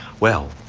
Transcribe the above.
well,